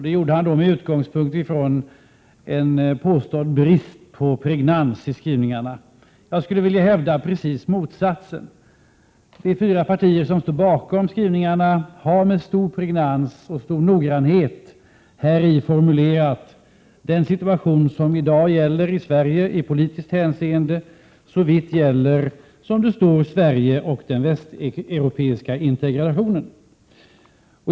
Det gjorde han med utgångspunkt i en påstådd brist på pregnans i skrivningarna. Jag skulle vilja hävda precis motsatsen. De fyra partier som står bakom skrivningarna har med stor pregnans och stor noggrannhet häri formulerat den situation som i dag råder i politiskt hänseende såvitt gäller, som det står, Sverige och den västeuropeiska integrationen.